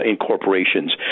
incorporations